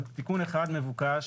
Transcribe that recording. תיקון אחד מבוקש